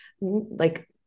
like-